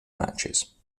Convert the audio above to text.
matches